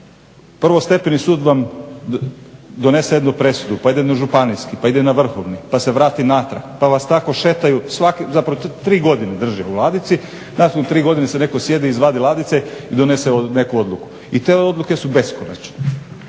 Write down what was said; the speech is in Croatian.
Prvo stepeni sud vam donese jednu presudu, pa ide na Županijski, pa ide na Vrhovni, pa se vrati natrag pa vas tako šetaju, zapravo 3 godine drže u ladici, nakon 3 godine se netko …/Govornik se ne razumije./…, izvadi iz ladice i donese neku odluku. I te odluke su beskonačne.